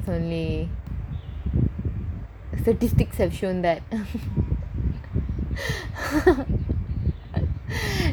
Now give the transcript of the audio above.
statistics have shown that no